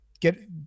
get